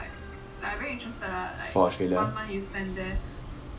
for australia